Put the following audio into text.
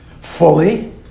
fully